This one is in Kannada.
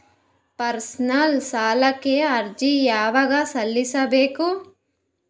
ಪರ್ಸನಲ್ ಸಾಲಕ್ಕೆ ಅರ್ಜಿ ಯವಾಗ ಸಲ್ಲಿಸಬೇಕು?